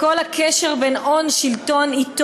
לכל הקשר של הון-שלטון-עיתון,